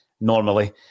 normally